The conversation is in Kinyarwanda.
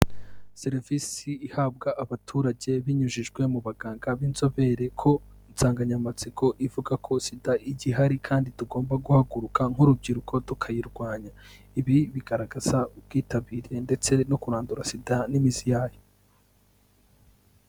Serevisi ihabwa abaturage binyujijwe mu baganga b'inzobere, ko insanganyamatsiko ivuga ko SIDA igihari kandi tugomba guhaguruka nk'urubyiruko tukayirwanya, ibi bigaragaza ubwitabire ndetse no kurandura SIDA n'imizi yayo.